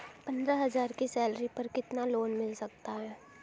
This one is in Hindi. पंद्रह हज़ार की सैलरी पर कितना लोन मिल सकता है?